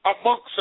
Amongst